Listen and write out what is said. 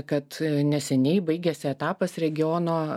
kad neseniai baigėsi etapas regiono